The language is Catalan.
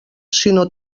sinó